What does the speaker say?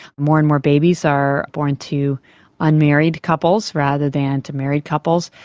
more and more babies are born to unmarried couples rather than to married couples.